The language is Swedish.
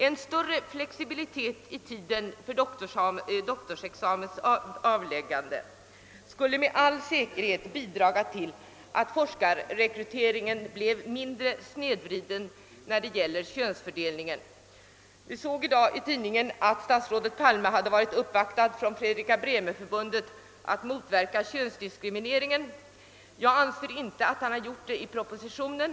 En större flexibilitet i tiden för doktorexamens avläggande skulle med all säkerhet bidra till att forskarrekryteringen bleve mindre snedvriden med avseende på könsfördelningen. Vi såg i dag i tidningen ait statsrådet Palme uppvaktats av representanter för Fredrika Bremerförbundet som ville motverka könsdiskrimineringen. Jag anser inte att statsrådet gjort detta i propositionen.